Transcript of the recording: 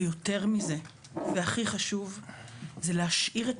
ויותר מזה והכי חשוב זה להשאיר את